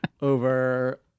over